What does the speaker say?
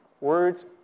Words